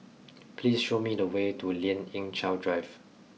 please show me the way to Lien Ying Chow Drive